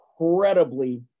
incredibly